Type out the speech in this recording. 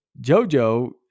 jojo